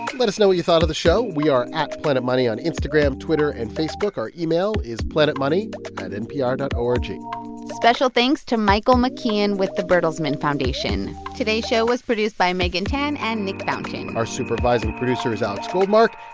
let us know what you thought of the show. we are at planeymoney on instagram, twitter and facebook. our email is planetmoney at npr dot o r g special thanks to michael mckeon with the bertelsmann foundation. today's show was produced by megan tan and nick fountain our supervising producer is alex goldmark.